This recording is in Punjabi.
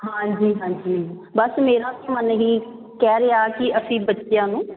ਹਾਂਜੀ ਹਾਂਜੀ ਬਸ ਮੇਰਾ ਵੀ ਮਨ ਵੀ ਇਹੀ ਕਹਿ ਰਿਹਾ ਕਿ ਅਸੀਂ ਬੱਚਿਆਂ ਨੂੰ